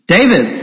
David